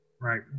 right